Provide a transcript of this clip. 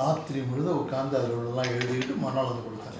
ராத்திரி முழுதும் உக்காந்து அதுல உள்ளதெல்லாம் எழுதிட்டு மறுநாள் வந்து கொடுத்தேன்